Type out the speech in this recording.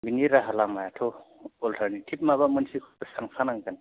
बिनि राहा लामायाथ' अलटारनेटिभ माबा मोनसे सानखानांगोन